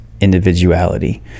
individuality